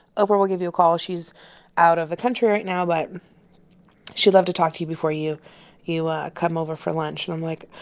oprah will give you a call. she's out of the country right now. but she'd love to talk to you before you you ah come over for lunch. and i'm, like,